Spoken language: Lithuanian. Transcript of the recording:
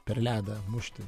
per ledą mušti